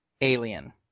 alien